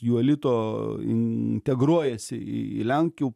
jų elito integruojasi į į lenkių